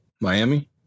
Miami